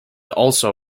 also